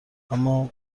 اما